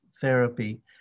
therapy